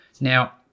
now